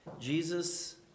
Jesus